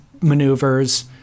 maneuvers